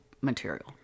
material